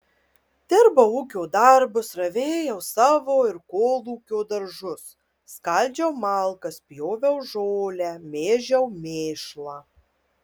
dirbau ūkio darbus ravėjau savo ir kolūkio daržus skaldžiau malkas pjoviau žolę mėžiau mėšlą